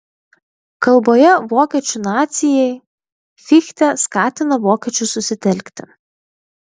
kalboje vokiečių nacijai fichtė skatina vokiečius susitelkti